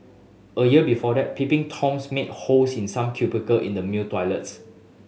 a year before that peeping Toms made holes in some cubicle in the male toilets